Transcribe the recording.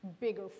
bigger